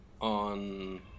On